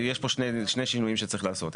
יש פה שני שינויים שצריך לעשות.